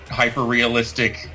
hyper-realistic